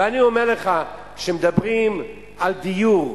ואני אומר לך, כשמדברים על דיור,